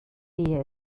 sehe